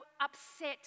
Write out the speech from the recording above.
upset